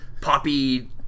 poppy